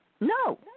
No